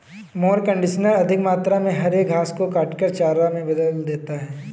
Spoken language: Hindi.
मोअर कन्डिशनर अधिक मात्रा में हरे घास को काटकर चारा में बदल देता है